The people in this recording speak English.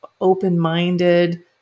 open-minded